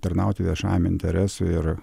tarnauti viešajam interesui ir